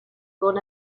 gun